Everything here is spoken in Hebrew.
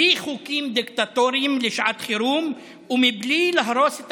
בלי חוקים דיקטטוריים לשעת חירום ומבלי להרוס את